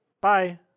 Bye